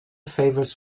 favours